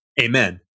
Amen